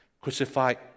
crucified